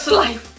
life